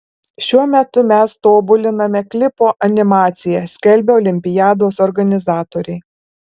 šiuo metu mes tobuliname klipo animaciją skelbia olimpiados organizatoriai